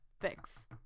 fix